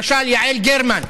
למשל יעל גרמן.